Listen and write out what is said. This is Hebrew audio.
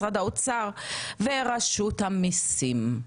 משרד האוצר ורשות המיסים.